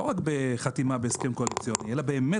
לא רק בחתימה בהסכם קואליציוני אלא באמת